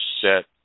set